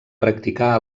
practicar